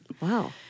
Wow